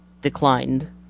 declined